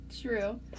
true